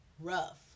rough